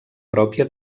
pròpia